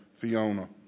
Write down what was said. Fiona